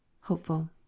HOPEFUL